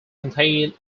contain